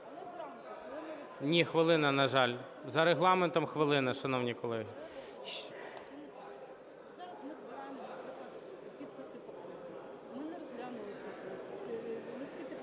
Ні, хвилина, на жаль. За Регламентом хвилина, шановні колеги.